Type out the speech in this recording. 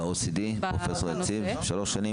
ב-OECD, פרופ' יציב, שלוש שנים?